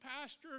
pastor